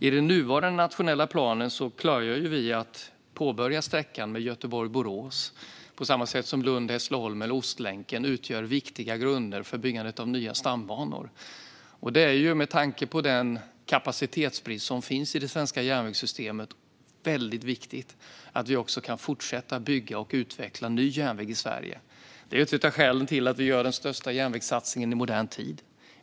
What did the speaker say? I den nuvarande nationella planen klargör vi att sträckan påbörjas med Göteborg-Borås, på samma sätt som Lund-Hässleholm och Ostlänken utgör viktiga grunder för byggandet av nya stambanor. Det är, med tanke på den kapacitetsbrist som finns i det svenska järnvägssystemet, väldigt viktigt att vi också kan fortsätta att bygga och utveckla ny järnväg i Sverige. Detta är ett av skälen till att vi gör den största järnvägssatsningen i modern tid.